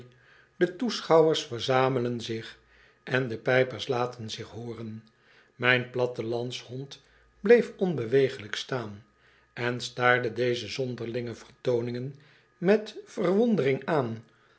de toeschouwers verzamelen zich en de pijpers laten zich hooren mijn plattelands hond bleef onbeweeglijk staan en staarde deze zonderlinge vertooningen met verwondering aan